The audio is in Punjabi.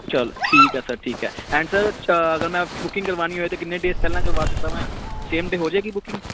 ਚਲੋ ਠੀਕ ਹੈ ਸਰ ਠੀਕ ਹੈ ਐਂਡ ਸਰ ਚ ਅਗਰ ਮੈਂ ਬੁਕਿੰਗ ਕਰਵਾਉਣੀ ਹੋਵੇ ਤਾਂ ਕਿੰਨੇ ਡੇਸ ਪਹਿਲਾਂ ਕਰਵਾ ਸਕਦਾ ਮੈਂ ਸੇਮ ਡੇ ਹੋ ਜਾਵੇਗੀ ਬੁਕਿੰਗ